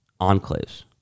enclaves